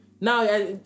now